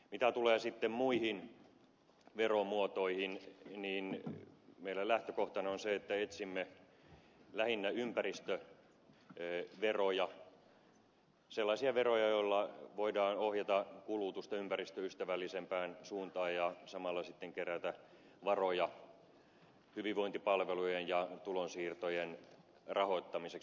mitä tulee sitten muihin veromuotoihin niin meillä lähtökohtana on se että etsimme lähinnä ympäristöveroja sellaisia veroja joilla voidaan ohjata kulutusta ympäristöystävällisempään suuntaan ja samalla sitten kerätä varoja hyvinvointipalvelujen ja tulonsiirtojen rahoittamiseksi